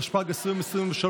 התשפ"ג 2023,